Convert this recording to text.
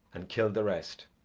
and kill the rest.